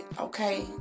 okay